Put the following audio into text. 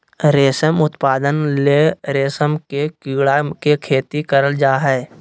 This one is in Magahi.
रेशम उत्पादन ले रेशम के कीड़ा के खेती करल जा हइ